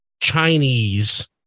Chinese